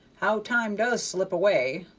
how time does slip away!